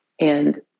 And-